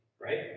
right